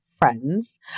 friends